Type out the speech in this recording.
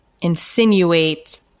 insinuate